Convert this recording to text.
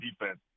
defense